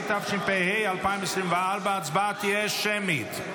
התשפ"ה 2024. ההצבעה תהיה שמית.